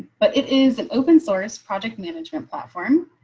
but it is an open source project management platform.